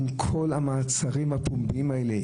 עם כל המעצרים הפומביים האלה,